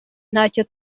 ntacyo